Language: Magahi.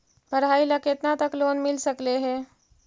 पढाई ल केतना तक लोन मिल सकले हे?